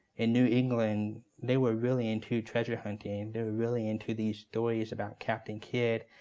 in new england, they were really into treasure hunting. they were really into these stories about captain kidd,